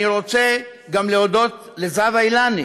אני רוצה גם להודות לזהבה אילני